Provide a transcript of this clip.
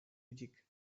music